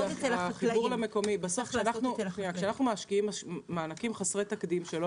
כשאנחנו משקיעים מענקים חסרי תקדים שלא